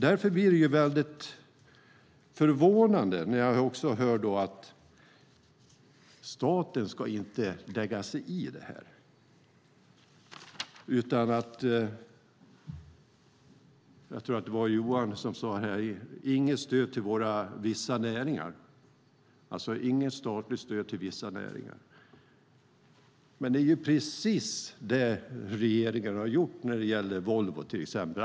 Därför blir det väldigt förvånande när jag hör att staten inte ska lägga sig i detta. Jag tror att det var Johan Johansson som sade så här: Inget statligt stöd till vissa näringar. Men det är precis det regeringen har gjort när det gäller Volvo, till exempel.